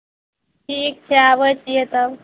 ठीक छै आबै छियै तब